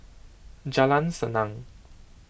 Jalan Senang